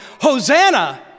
Hosanna